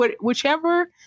whichever